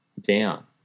down